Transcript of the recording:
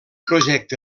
coet